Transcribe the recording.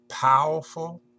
powerful